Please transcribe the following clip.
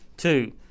Two